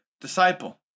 disciple